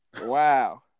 Wow